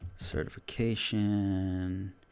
Certification